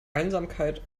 einsamkeit